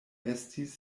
estis